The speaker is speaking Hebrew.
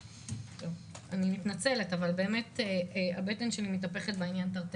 אני מתנצלת אבל הבטן שלי מתהפכת מהנושא, תרתי